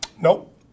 Nope